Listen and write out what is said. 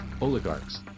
oligarchs